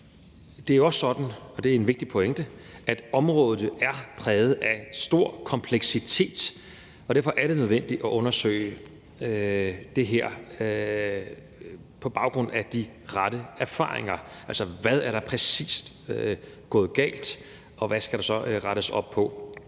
er en vigtig pointe, at området er præget af stor kompleksitet, og derfor er det nødvendigt at undersøge det her på baggrund af de rette erfaringer. Altså, hvad er der præcis gået galt? Og hvad skal der så rettes op på?